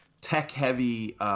tech-heavy